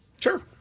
Sure